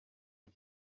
cye